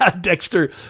dexter